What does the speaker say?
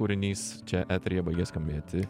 kūrinys čia eteryje baigia skambėti